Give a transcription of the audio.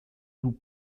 tout